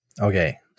okay